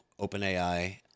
OpenAI